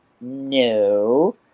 no